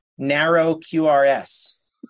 narrowQRS